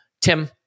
Tim